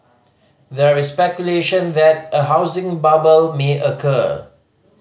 there is speculation that a housing bubble may occur